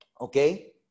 okay